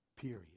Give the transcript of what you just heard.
period